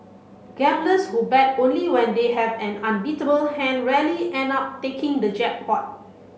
gamblers who bet only when they have an unbeatable hand rarely end up taking the jackpot